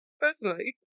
Personally